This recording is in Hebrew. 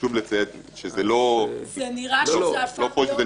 חשוב לציין -- זה נראה שזה הפך להיות